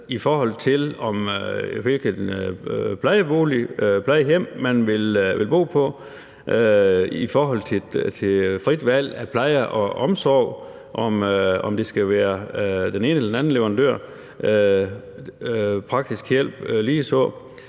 plejebolig, hvilket plejehjem man vil bo på, i forhold til frit valg af pleje og omsorg, om det skal være den ene eller den anden leverandør, og